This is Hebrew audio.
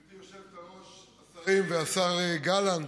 גברתי היושבת-ראש, השרים והשר גלנט,